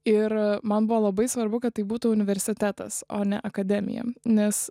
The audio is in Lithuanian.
ir man buvo labai svarbu kad tai būtų universitetas o ne akademija nes